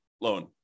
loan